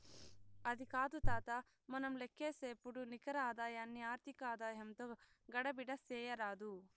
అది కాదు తాతా, మనం లేక్కసేపుడు నికర ఆదాయాన్ని ఆర్థిక ఆదాయంతో గడబిడ చేయరాదు